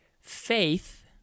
faith